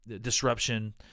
disruption